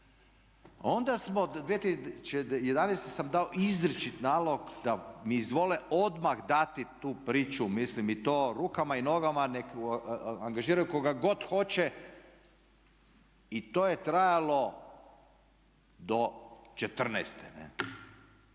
Onda smo 2011. sam dao izričit nalog da mi izvole odmah dati tu priču, mislim i to i rukama i nogama, nek' angažiraju koga god hoće i to je trajalo do